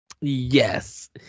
Yes